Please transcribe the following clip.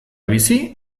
bizi